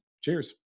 cheers